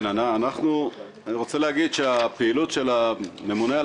אני רוצה להגיד שהפעילות של הממונה על